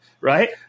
right